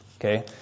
okay